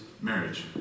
marriage